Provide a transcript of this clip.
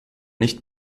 nicht